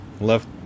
Left